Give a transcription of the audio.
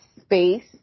space